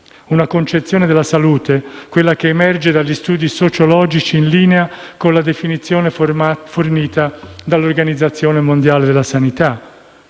una concezione della salute, quella che emerge dagli studi sociologici, in linea con la definizione fornita dall'Organizzazione mondiale della sanità,